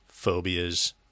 phobias